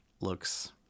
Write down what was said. looks